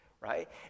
right